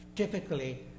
typically